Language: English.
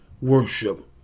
worship